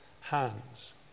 hands